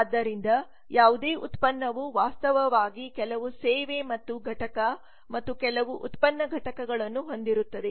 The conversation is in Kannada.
ಆದ್ದರಿಂದ ಯಾವುದೇ ಉತ್ಪನ್ನವು ವಾಸ್ತವವಾಗಿ ಕೆಲವು ಸೇವೆ ಮತ್ತು ಘಟಕ ಮತ್ತು ಕೆಲವು ಉತ್ಪನ್ನ ಘಟಕಗಳನ್ನು ಹೊಂದಿರುತ್ತದೆ